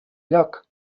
lloc